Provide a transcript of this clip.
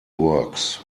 works